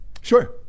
Sure